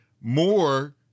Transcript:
more